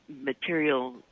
material